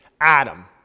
Adam